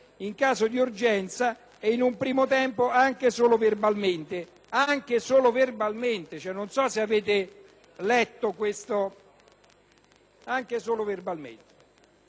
in caso di urgenza, e in un primo tempo, anche solo verbalmente: